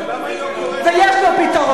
ויש לו פתרון.